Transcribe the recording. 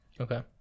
Okay